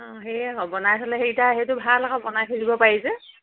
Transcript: অঁ বনাই থ'লে সেইটা সেইটো ভাল আকৌ বনাই থৈ দিব পাৰিযে